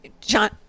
John